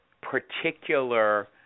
particular